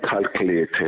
calculated